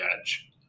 edge